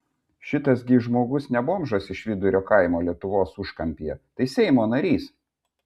šitas gi žmogus ne bomžas iš vidurio kaimo lietuvos užkampyje tai seimo narys